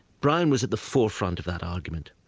brown was at the forefront of that argument,